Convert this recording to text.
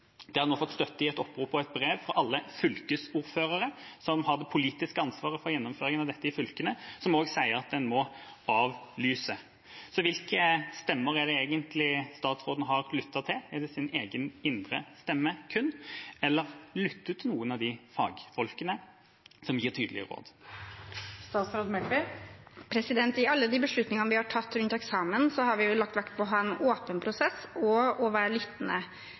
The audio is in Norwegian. har nå fått støtte i et opprop og et brev fra alle fylkesordførere, som har det politiske ansvaret for gjennomføringen av dette i fylkene, som også sier at en må avlyse. Så hvilke stemmer er det egentlig statsråden har lyttet til? Er det sin egen indre stemme kun, eller lyttet hun til noen av de fagfolkene som gir tydelige råd? I alle beslutningene vi har tatt rundt eksamen, har vi lagt vekt på å ha en åpen prosess og å være lyttende.